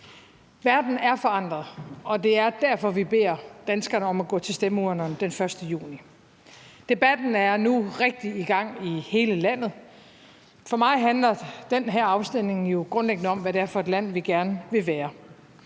Verden er forandret, og det er derfor, vi beder danskerne om at gå til stemmeurnerne den 1. juni. Debatten er nu rigtig i gang i hele landet. For mig handler den her afstemning grundlæggende om, hvad det er for et land, vi gerne vil være.